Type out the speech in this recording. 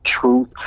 truth